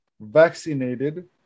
vaccinated